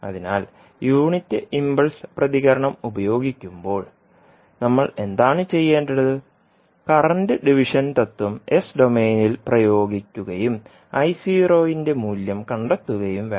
അതിനാൽ unit impulse പ്രതികരണം ഉപയോഗിക്കുമ്പോൾ നമ്മൾ എന്താണ് ചെയ്യേണ്ടത് കറൻറ് ഡിവിഷൻ തത്ത്വം എസ് ഡൊമെയ്നിൽ പ്രയോഗിക്കുകയും ന്റെ മൂല്യം കണ്ടെത്തുകയും വേണം